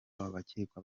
abakekwa